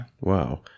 Wow